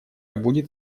будет